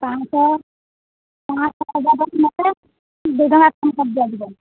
ପାଞ୍ଚ ଶହ ଦିଆଯିବ